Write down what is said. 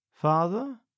Father